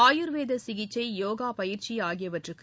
ஆயூர்வேத சிகிச்சை யோகா பயிற்சி ஆகியவற்றுக்கு